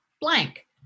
blank